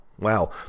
Wow